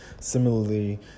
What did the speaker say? similarly